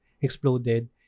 exploded